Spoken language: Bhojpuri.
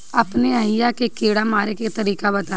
अपने एहिहा के कीड़ा मारे के तरीका बताई?